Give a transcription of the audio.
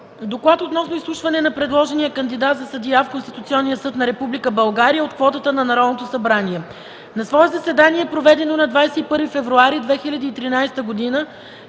„ДОКЛАД относно изслушване на предложения кандидат за съдия в Конституционния съд на Република България от квотата на Народното събрание На свое заседание, проведено на 21 февруари 2013 г.,